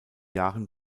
jahren